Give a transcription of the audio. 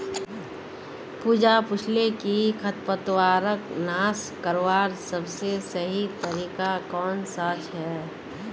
पूजा पूछाले कि खरपतवारक नाश करवार सबसे सही तरीका कौन सा छे